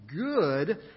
good